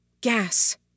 Gas